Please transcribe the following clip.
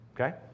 Okay